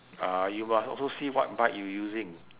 uh you must also see what bike you using